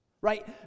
Right